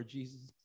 Jesus